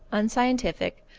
unscientific,